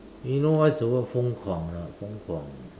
you know what's the word 疯狂 not 疯狂